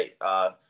right